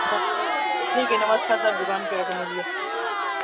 तो ठीक है नमस्कार सर दुकान पर आकर मिलिए